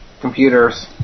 Computers